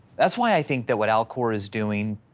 that's why i think that what alcor is doing,